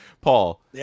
Paul